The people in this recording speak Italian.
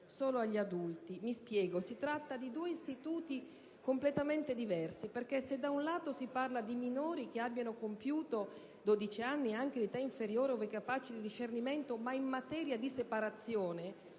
Mi spiego: si tratta di due istituti completamente diversi, perché da un lato si parla di minori che abbiano compiuto 12 anni o che abbiano un'età anche inferiore ove capaci di discernimento, ma lo si fa in materia di separazione.